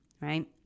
right